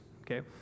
okay